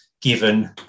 given